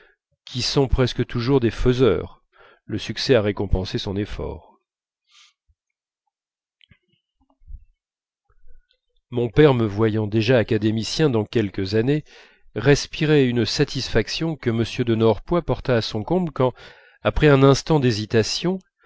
qui sont presque toujours des faiseurs le succès a récompensé son effort mon père me voyant déjà académicien dans quelques années respirait une satisfaction que m de norpois porta à son comble quand après un instant d'hésitation